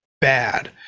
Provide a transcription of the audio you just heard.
bad